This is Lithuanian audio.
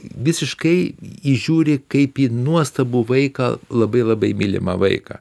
visiškai į žiūri kaip į nuostabų vaiką labai labai mylimą vaiką